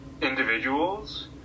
individuals